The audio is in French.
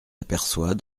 aperçoit